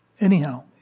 Anyhow